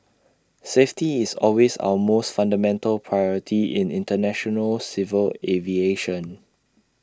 safety is always our most fundamental priority in International civil aviation